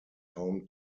home